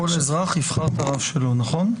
כל אזרח יבחר את הרב שלו, נכון?